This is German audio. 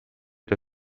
der